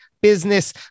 business